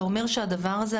אתה אומר שהדבר הזה,